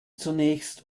zunächst